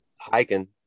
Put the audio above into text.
hiking